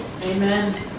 Amen